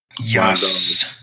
Yes